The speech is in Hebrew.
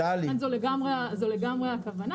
זו לגמרי הכוונה.